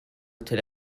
till